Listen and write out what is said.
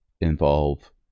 involve